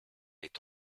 ait